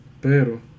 Pero